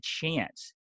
chance